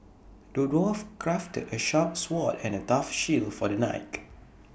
the dwarf crafted A sharp sword and A tough shield for the knight